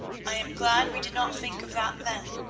i am glad we did not think of that then.